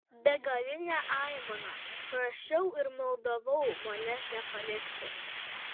begaline aimana prašiau ir maldavau manęs nepalikti